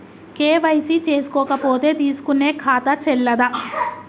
KYC చేసుకోకపోతే తీసుకునే ఖాతా చెల్లదా?